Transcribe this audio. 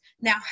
Now